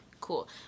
Cool